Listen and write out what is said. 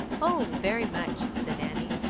oh, very much, said annie.